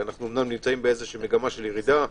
אמנם אנו נמצאים במגמת ירידה,